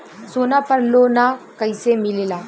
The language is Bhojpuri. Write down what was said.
सोना पर लो न कइसे मिलेला?